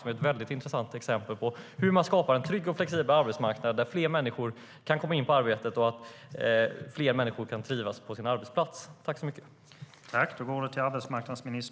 Det är ett intressant exempel på hur en trygg och flexibel arbetsmarknad skapas där fler människor kan få ett arbete och fler människor kan trivas på sin arbetsplats.